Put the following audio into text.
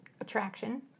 attraction